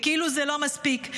וכאילו זה לא מספיק,